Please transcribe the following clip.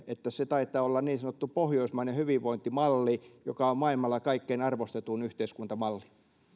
että se taitaa olla niin sanottu pohjoismainen hyvinvointimalli joka on maailmalla kaikkein arvostetuin yhteiskuntamalli